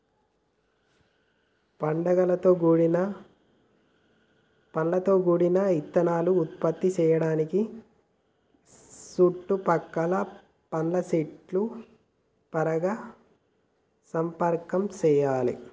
పండ్లతో గూడిన ఇత్తనాలను ఉత్పత్తి సేయడానికి సుట్టు పక్కల పండ్ల సెట్ల పరాగ సంపర్కం చెయ్యాలే